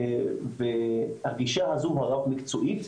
והגישה הזו הרב מקצועית,